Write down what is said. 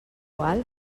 qual